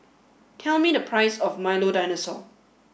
tell me the price of Milo Dinosaur